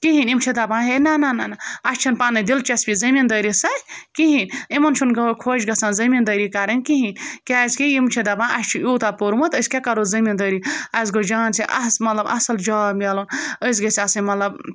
کِہیٖنۍ یِم چھِ دَپان ہے نہ نہ نہ نہ اَسہِ چھَنہٕ پَنٕںۍ دِلچَسپی زٔمیٖندٲری سۭتۍ کِہیٖنۍ یِمَن چھُنہٕ خۄش گژھان زٔمیٖندٲری کَرٕنۍ کِہیٖنۍ کیٛازِکہِ یِم چھِ دَپان اَسہِ چھِ یوٗتاہ پوٚرمُت أسۍ کیٛاہ کَرو زٔمیٖندٲری اَسہِ گوٚژھ جان سے اَصٕل مطلب اَصٕل جاب میلُن أسۍ گٔژھۍ آسٕنۍ مطلب